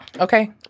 Okay